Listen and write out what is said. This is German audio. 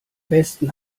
besten